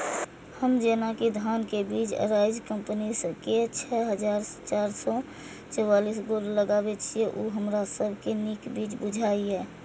हम जेना कि धान के बीज अराइज कम्पनी के छः हजार चार सौ चव्वालीस गोल्ड लगाबे छीय उ हमरा सब के नीक बीज बुझाय इय?